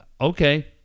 okay